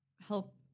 help